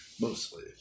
Mostly